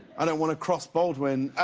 i don't want to cross baldwins.